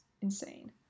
insane